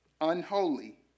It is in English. unholy